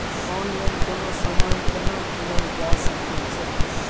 Online कोनो समान केना कीनल जा सकै छै?